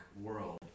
world